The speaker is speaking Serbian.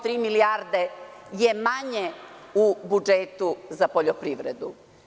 Tri milijarde je manje u budžetu za poljoprivredu.